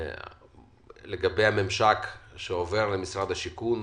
לגבי הממשק שעובר למשרד השיכון,